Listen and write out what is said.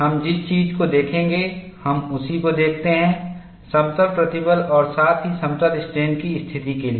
हम जिस चीज को देखेंगे हम उसी को देखते हैं समतल प्रतिबल और साथ ही समतल स्ट्रेन की स्थिति के लिए